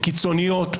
קיצוניות,